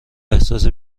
احساس